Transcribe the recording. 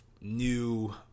new